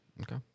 Okay